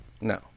No